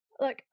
Look